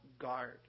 guard